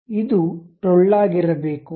ಇದು ಟೊಳ್ಳಾಗಿರಬೇಕು